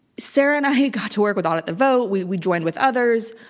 sarah and i got to work with audit the vote. we we joined with others.